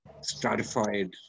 stratified